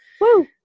Woo